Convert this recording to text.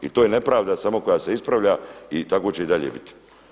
I to je nepravda samo koja se ispravlja i tako će i dalje biti.